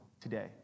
today